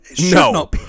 no